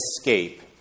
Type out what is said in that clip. escape